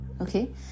Okay